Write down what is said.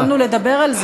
יכולנו לדבר על זה.